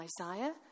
Isaiah